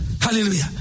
Hallelujah